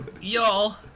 Y'all